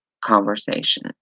conversation